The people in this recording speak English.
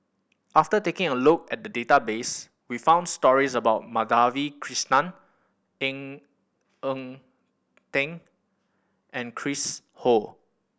after taking a look at database we found stories about Madhavi Krishnan Ng Eng Teng and Chris Ho